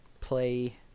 play